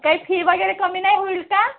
काही फी वगैरे कमी नाही होईल का